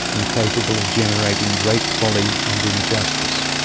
and capable of generating great folly and injustice.